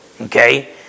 Okay